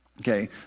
Okay